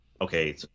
Okay